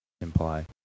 imply